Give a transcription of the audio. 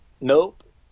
nope